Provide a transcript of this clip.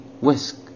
whisk